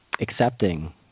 accepting